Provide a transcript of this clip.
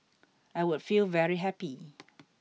I would feel very happy